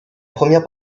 première